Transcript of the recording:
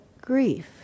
grief